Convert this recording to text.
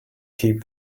keep